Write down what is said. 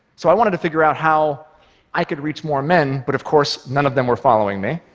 so i wanted to figure out how i could reach more men, but of course none of them were following me.